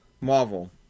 Marvel